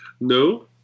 No